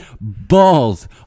balls